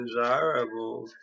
desirable